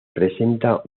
presenta